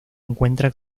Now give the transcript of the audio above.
encuentra